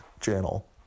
channel